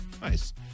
Nice